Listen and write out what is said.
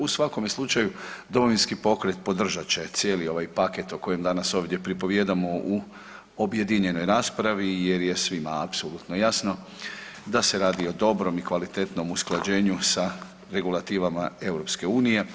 U svakome slučaju Domovinski pokret podržat će cijeli ovaj paket o kojem danas ovdje pripovijedamo u objedinjenoj raspravi jer je svima apsolutno jasno da se radi o dobrom i kvalitetnom usklađenju sa regulativama EU.